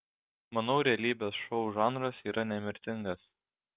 manau realybės šou žanras yra nemirtingas